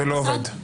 שלא עובד.